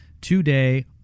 today